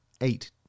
eight